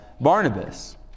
Barnabas